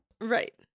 Right